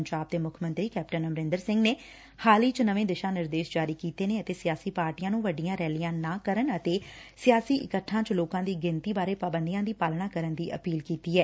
ਪੰਜਾਬ ਦੇ ਮੁੱਖ ਮੰਤਰੀ ਕੈਪਟਨ ਅਮਰਿੰਦਰ ਸਿੰਘ ਨੇ ਹਾਲ ਹੀ ਚ ਨਵੇ ਦਿਸ਼ਾ ਨਿਰਦੇਸ਼ ਜਾਰੀ ਕੀਤੇ ਨੇ ਅਤੇ ਸਿਆਸੀ ਪਾਰਟੀਆਂ ਨੂੰ ਵੱਡੀਆਂ ਰੈਲੀਆਂ ਨਾ ਕਰਨ ਅਤੇ ਸਿਆਸੀ ਇਕੱਠਾ ਚ ਲੋਕਾਂ ਦੀ ਗਿਣਤੀ ਬਾਰੇ ਪਾਬੰਦੀਆਂ ਦੀ ਪਾਲਣਾ ਕਰਨ ਦੀ ਅਪੀਲ ਕੀਤੀ ਐ